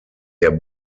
der